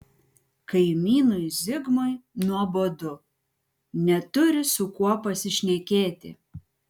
kaimynui zigmui nuobodu neturi su kuo pasišnekėti